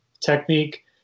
technique